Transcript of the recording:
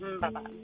Bye-bye